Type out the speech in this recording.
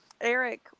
Eric